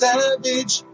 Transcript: Savage